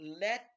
let